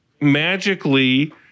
magically